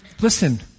Listen